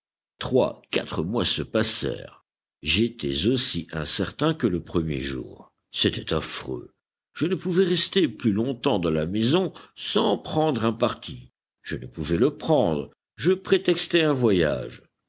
trois quatre mois se passèrent j'étais aussi incertain que le premier jour c'était affreux je ne pouvais rester plus longtemps dans la maison sans prendre un parti je ne pouvais le prendre je prétextai un voyage